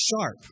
sharp